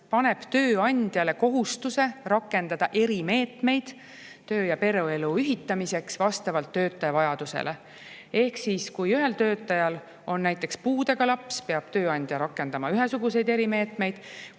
paneb tööandjale kohustuse rakendada erimeetmeid töö‑ ja pereelu ühitamiseks vastavalt töötaja vajadusele. Ehk siis, kui ühel töötajal on näiteks puudega laps, peab tööandja rakendama ühesuguseid erimeetmeid.